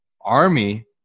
army